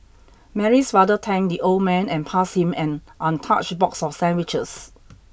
Mary's father thanked the old man and passed him an untouched box of sandwiches